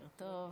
בוקר טוב.